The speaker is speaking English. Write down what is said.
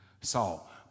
Saul